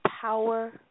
power